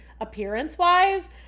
appearance-wise